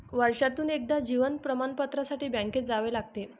वर्षातून एकदा जीवन प्रमाणपत्रासाठी बँकेत जावे लागते